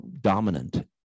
dominant